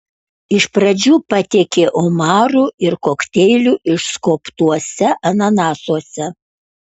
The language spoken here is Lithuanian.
iš pradžių patiekė omarų ir kokteilių išskobtuose ananasuose